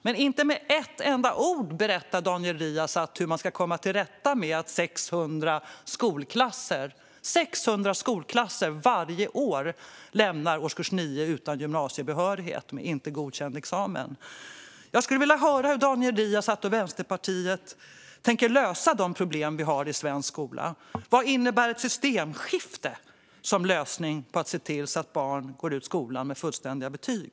Men inte med ett enda ord berättar Daniel Riazat om hur man ska kunna till rätta med att 600 skolklasser varje år lämnar årskurs 9 utan gymnasiebehörighet och utan godkänd examen. Jag skulle vilja höra hur Daniel Riazat och Vänsterpartiet tänker lösa de problem vi har i svensk skola. Vad innebär ett systemskifte som lösning för att se till så att barn går ut skolan med fullständiga betyg?